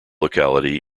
locality